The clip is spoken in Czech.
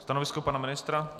Stanovisko pana ministra?